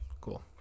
cool